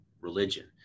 religion